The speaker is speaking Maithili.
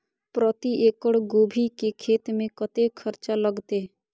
प्रति एकड़ गोभी के खेत में कतेक खर्चा लगते?